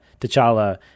T'Challa